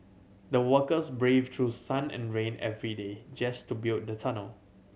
the workers braved through sun and rain every day just to build the tunnel